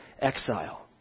exile